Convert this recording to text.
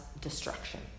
destruction